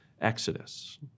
exodus